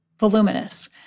voluminous